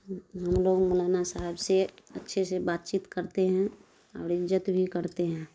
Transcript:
ہم ہم لوگ مولانا صاحب سے اچھے سے بات چیت کرتے ہیں اور عزت بھی کرتے ہیں